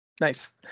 Nice